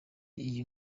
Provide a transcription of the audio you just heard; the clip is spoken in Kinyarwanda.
iyi